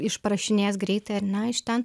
išprašinės greitai ar ne iš ten